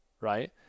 Right